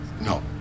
no